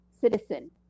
citizen